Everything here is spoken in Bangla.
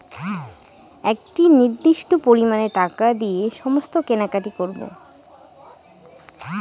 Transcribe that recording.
একটি নির্দিষ্ট পরিমানে টাকা দিয়ে সমস্ত কেনাকাটি করবো